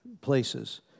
places